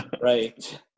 right